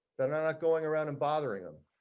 going around and bother him.